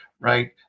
right